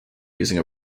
using